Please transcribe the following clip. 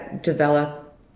develop